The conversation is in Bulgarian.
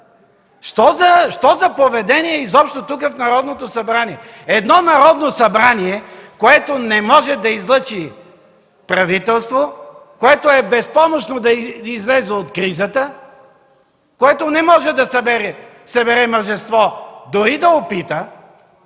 Що за поведение изобщо тук – в Народното събрание? Едно Народно събрание, което не може да излъчи правителство, което е безпомощно да излезе от кризата, което не може да събере мъжество дори да опита.